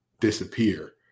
disappear